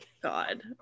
God